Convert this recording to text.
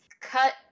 Cut